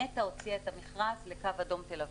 נת"ע הוציאה את המכרז לקו אדום תל-אביב.